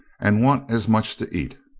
and want as much to eat.